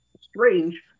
Strange